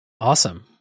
Awesome